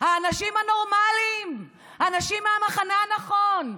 האנשים הנורמליים, האנשים מהמחנה הנכון,